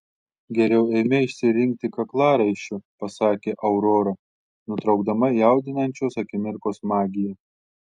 geriau eime išsirinkti kaklaraiščio pasakė aurora nutraukdama jaudinančios akimirkos magiją